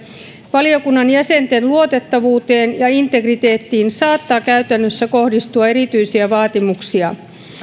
valiokunnan jäsenten luotettavuuteen ja integriteettiin saattaa käytännössä kohdistua erityisiä vaatimuksia